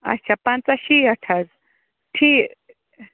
اچھا پَنٛژاہ شیٹھ حظ ٹھی